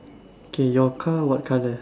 okay your car what colour